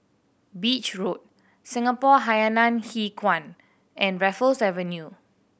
Beach Road Singapore Hainan Hwee Kuan and Raffles Avenue